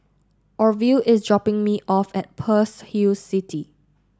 Orvil is dropping me off at Pearl's Hill City